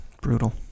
Brutal